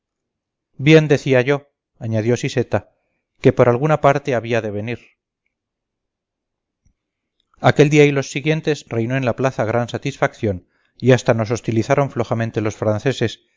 bien decía yo añadió siseta que por alguna parte había de venir aquel día y los siguientes reinó en la plaza gran satisfacción y hasta nos hostilizaron flojamente los franceses